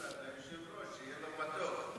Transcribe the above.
ליושב-ראש, שיהיה לו מתוק.